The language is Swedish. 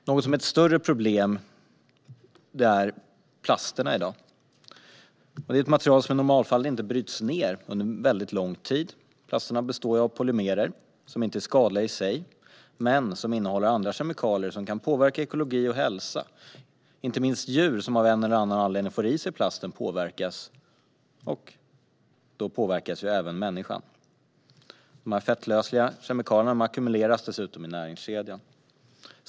Något som är ett större problem i dag är plasterna. Plast är ett material som det i normalfallet tar väldigt lång tid att bryta ned. Plasterna består av polymerer, som inte är skadliga i sig men som innehåller andra kemikalier som kan påverka ekologi och hälsa. Inte minst djur som av en eller annan anledning får i sig plasten påverkas, och då påverkas även människan. De fettlösliga kemikalierna ackumuleras dessutom i näringskedjan.